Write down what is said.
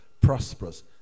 prosperous